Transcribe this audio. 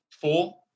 four